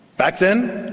back then,